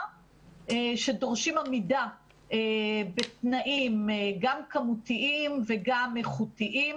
שדורשים עמידה בתנאים גם כמותיים וגם איכותיים.